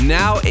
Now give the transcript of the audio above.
now